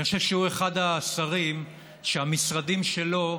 אני חושב שהוא אחד השרים שהמשרדים שלהם